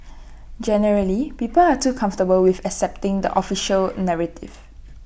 generally people are too comfortable with accepting the official narrative